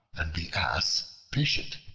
and the ass patient.